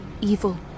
evil